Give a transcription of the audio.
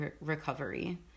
recovery